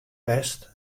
west